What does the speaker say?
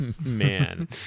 man